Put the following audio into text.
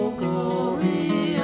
glory